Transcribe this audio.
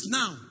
now